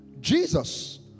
Jesus